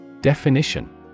Definition